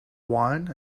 wine